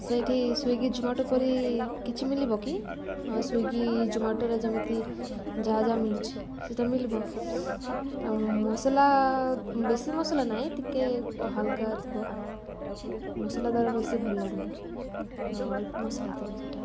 ସେଇଠି Swiggy Zomato ପରି କିଛି ମଳିବ କି ସ୍ଵିଗି ଜୋମାଟୋରେ ଯେମିତି ଯାହା ଯାହା ମିଳୁଛି ସେଟା ମଳିବ ମସଲା ବେଶୀ ମସଲା ନାହିଁ ଟିକେ ହାଲ୍କା ଥିବ ମସଲା ତା'ର ବେଶୀ ଭଲ ଲାଗୁନି ଟିକେ ଅଳ୍ପ ମସଲା ଥିବ ସେଟା